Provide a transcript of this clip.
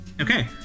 Okay